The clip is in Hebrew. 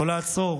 לא לעצור.